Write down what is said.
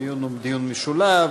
הדיון הוא דיון משולב.